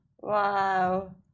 Wow